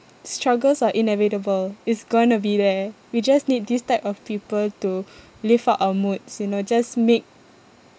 struggles are inevitable it's going to be there we just need this type of people to lift up our moods you know just make